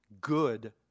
good